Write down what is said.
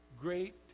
great